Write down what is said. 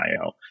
IO